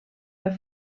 der